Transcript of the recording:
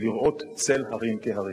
לראות צל הרים כהרים.